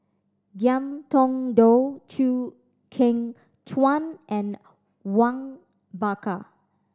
Ngiam Tong Dow Chew Kheng Chuan and Awang Bakar